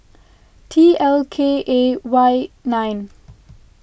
T L K A Y nine